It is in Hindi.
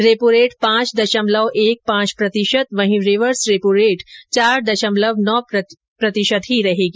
रेपोरेट पांच दशमलव एक पांच प्रतिशत वहीं रिवर्स रेपोरेट चार दशमलव नौ प्रतिशत ही रहेगी